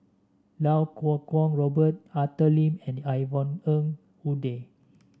Iau Kuo Kwong Robert Arthur Lim and Yvonne Ng Uhde